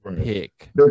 pick